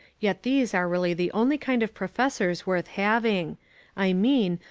yet these are really the only kind of professors worth having i mean,